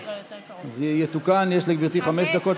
זה יתוקן: יש לגברתי חמש דקות,